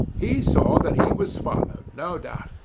he saw that he was followed, no doubt,